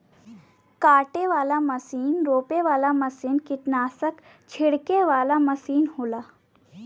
काटे वाला मसीन रोपे वाला मसीन कीट्नासक छिड़के वाला मसीन होला